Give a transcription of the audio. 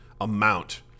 amount